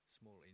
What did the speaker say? small